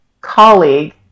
colleague